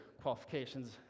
qualifications